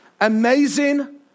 amazing